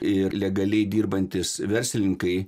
ir legaliai dirbantys verslininkai